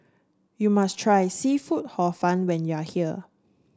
you must try seafood Hor Fun when you are here